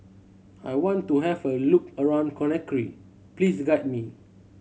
I want to have a look around Conakry please guide me